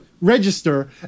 register